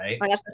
right